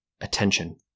Attention